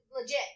legit